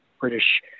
British